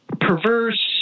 perverse